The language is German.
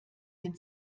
den